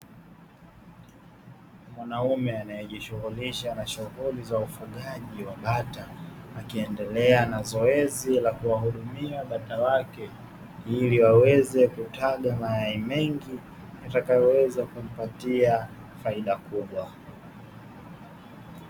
Mwanaume anayejishughulisha na shughuli za ufugaji wa bata, akiendelea na zoezi la kuwahudumia bata wake ili waweze kutaga mayai mengi; yatakayoweza kumpatia faida kubwa.